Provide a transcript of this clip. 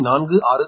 466 p